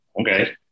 Okay